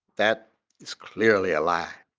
that is clearly a lie,